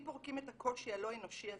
מול מי פורקים את הקושי הלא אנושי הזה?